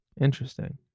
Interesting